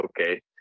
okay